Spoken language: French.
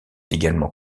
généralement